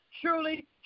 truly